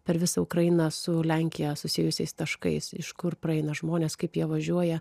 per visą ukrainą su lenkija susijusiais taškais iš kur praeina žmonės kaip jie važiuoja